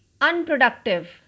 unproductive